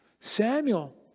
Samuel